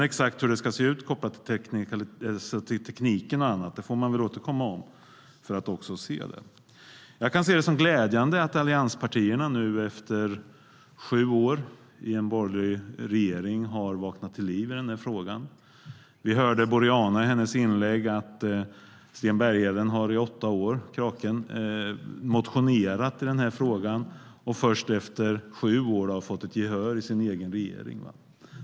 Exakt hur teknik och annat ska se ut får man återkomma till. Det är glädjande att allianspartierna efter sju år i en borgerlig regering nu har vaknat till liv i frågan. Vi hörde i Boriana Åbergs inlägg att Sten Bergheden - kraken - har motionerat om frågan under åtta år och först efter sju år fått gehör från sin egen regering.